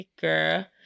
girl